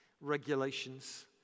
regulations